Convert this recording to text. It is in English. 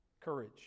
Courage